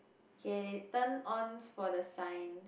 get it turn ons for the sign